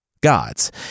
God's